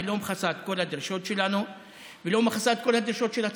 היא לא מכסה את כל הדרישות שלנו ולא מכסה את כל הדרישות של הציבור.